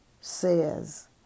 says